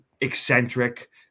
eccentric